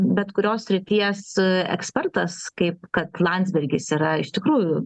bet kurios srities ekspertas kaip kad landsbergis yra iš tikrųjų